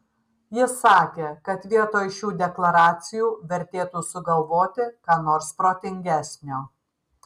jis sakė kad vietoj šių deklaracijų vertėtų sugalvoti ką nors protingesnio